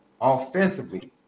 offensively